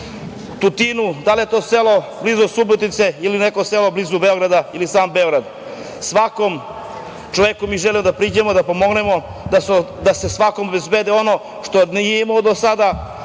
Tutinu, da li je to selo blizu Subotice, ili neko selo blizu Beograda ili sam Beograd. Svakom čoveku mi želimo da priđemo da pomognemo da se svakom obezbedi ono što nije imao do sada,